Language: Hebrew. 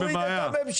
הוא לא מטריד את הממשלה.